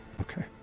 Okay